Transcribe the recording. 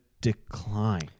decline